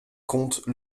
comte